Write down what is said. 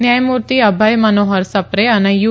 ન્યાયમૂર્તિ અભય મનોહર સપ્રે અને યુ